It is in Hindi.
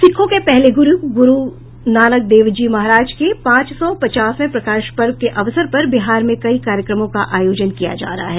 सिखों के पहले गूरु गूरुनानक देव जी महाराज के पांच सौ पचासवें प्रकाश पर्व के अवसर पर बिहार में कई कार्यक्रमों का आयोजन किया जा रहा है